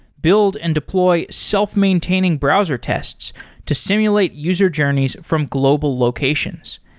build and deploy self-maintaining browser tests to simulate user journeys from global locations.